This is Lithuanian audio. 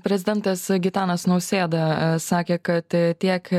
prezidentas gitanas nausėda sakė kad tiek